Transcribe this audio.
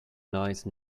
nice